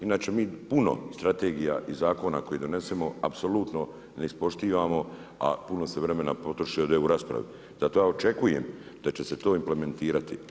Inače mi puno strategija i zakona koje donesemo apsolutno ne ispoštivamo, a puno se vremena potroši ovdje u raspravi zato ja očekujem da će se to implementirati.